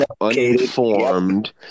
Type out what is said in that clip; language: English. uninformed